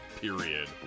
period